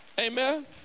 Amen